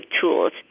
tools